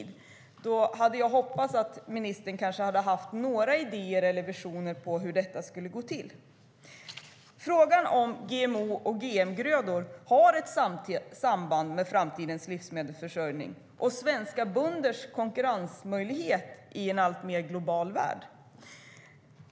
Då hade jag hoppats att ministern kanske hade haft några idéer eller visioner om hur detta skulle gå till.Frågan om GMO och GM-grödor har ett samband med framtidens livsmedelsförsörjning och svenska bönders konkurrensmöjligheter i en alltmer global värld.